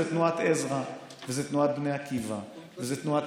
זה תנועת עזרא וזה תנועת בני עקיבא וזה תנועת